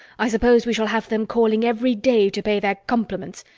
i suppose we shall have them calling every day to pay their compliments.